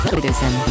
Citizen